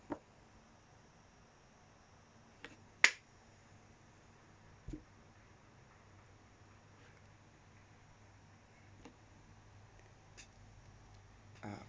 ah